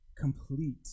Complete